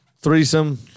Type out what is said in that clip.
threesome